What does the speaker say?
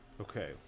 Okay